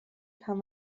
kann